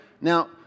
Now